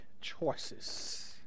choices